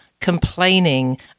complaining